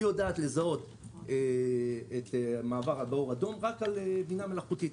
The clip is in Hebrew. היא יודעת לזהות מעבר באור אדום רק על בינה מלאכותית.